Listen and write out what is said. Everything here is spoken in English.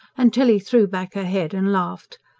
and tilly threw back her head and laughed.